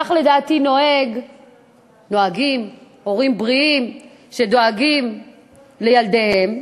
כך, לדעתי, נוהגים הורים בריאים שדואגים לילדיהם.